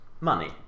money